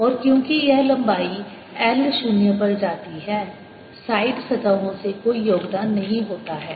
और क्योंकि यह लंबाई l 0 पर जाती है साइड सतहों से कोई योगदान नहीं होता है